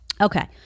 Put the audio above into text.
okay